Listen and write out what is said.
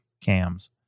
cams